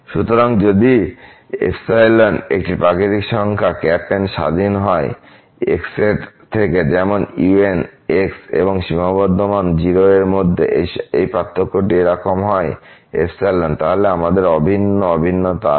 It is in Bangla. সুতরাং যদি একটি প্রাকৃতিক সংখ্যা N স্বাধীন হয় x এর থেকে যেমন un এবং সীমাবদ্ধ মান 0 এর মধ্যে এই পার্থক্যটি এরকম হয় তাহলে আমাদের অভিন্ন অভিন্নতা আছে